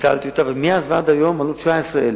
ביטלתי אותה, ומאז ועד היום עלו 19,000